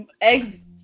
eggs